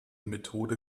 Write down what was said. methode